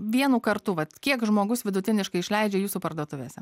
vienu kartu vat kiek žmogus vidutiniškai išleidžia jūsų parduotuvėse